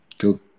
Cool